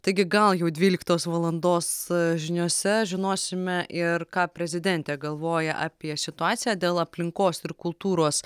taigi gal jau dvyliktos valandos žiniose žinosime ir ką prezidentė galvoja apie situaciją dėl aplinkos ir kultūros